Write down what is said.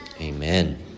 amen